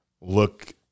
look